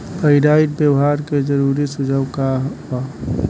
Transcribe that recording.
Pyrite व्यवहार के जरूरी सुझाव का वा?